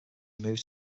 moved